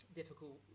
difficult